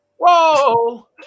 whoa